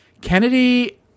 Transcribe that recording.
Kennedy